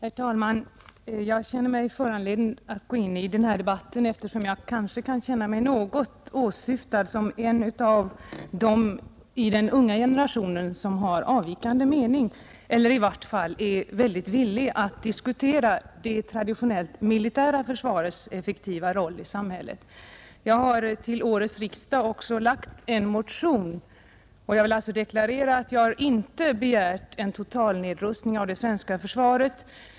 Herr talman! Jag finner mig föranlåten att gå in i denna debatt, eftersom jag känner mig något åsyftad såsom en av dem i den unga generationen som har avvikande mening eller i varje fall är villiga att diskutera det traditionellt militära försvarets effektiva roll i samhället. Jag har till årets riksdag tillsammans med flera medmotionärer framlagt en motion, och jag vill deklarera att jag inte har begärt en totalnedrustning av det svenska försvaret.